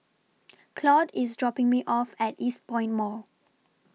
Claude IS dropping Me off At Eastpoint Mall